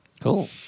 Cool